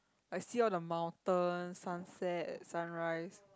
I see all the mountain sunset sunrise